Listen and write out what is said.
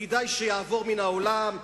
וכדאי שיעבור מן העולם.